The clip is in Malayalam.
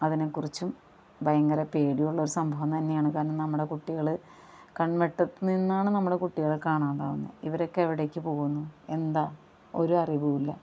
അതിനേക്കുറിച്ചും ഭയങ്കരപേടിയുള്ള സംഭവം തന്നെയാണ് കാരണം നമ്മുടെ കുട്ടികള് കൺവെട്ടത്തുനിന്നാണ് നമ്മുടെ കുട്ടികളെ കാണാതാകുന്നത് ഇവരൊക്കെ എവിടേക്ക് പോകുന്നു എന്താ ഒരറിവുവില്ല